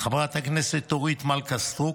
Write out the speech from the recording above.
חברת הכנסת אורית מלכה סטרוק.